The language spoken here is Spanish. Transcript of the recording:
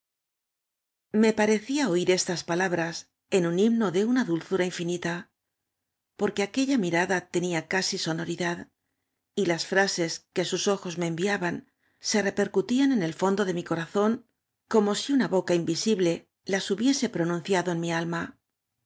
me parecía oir ostas palabras en un himno de una dulzura infinita porque aquella mirada te nía casi sonoridad y las frases que sus ojos me enviaban se repercutían en el feudo de mi corazón como si una boca invisible las hubiese prol a m